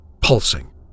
pulsing